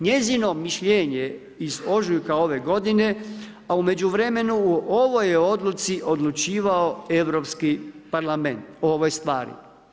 Njezino mišljenje iz ožujka ove godine, a u međuvremenu o ovoj je odluci odlučivao Europski parlament, o ovoj stvari.